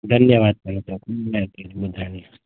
धन्यवादु तव्हांजो महिरबाणी ॿुधाइण जो